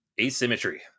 asymmetry